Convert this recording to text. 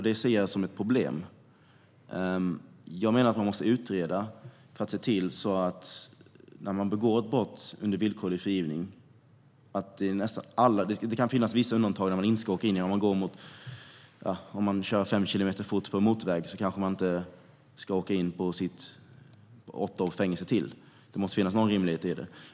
Det ser jag som ett problem. Jag menar att det måste ske en utredning. Det gäller ju frågan om man begår ett brott under villkorlig frigivning. Det kan finnas vissa undantag när man inte ska åka in igen, till exempel att köra fem kilometer för fort på en motorväg - det ska inte innebära åtta års fängelse till. Det måste finnas någon rimlighet.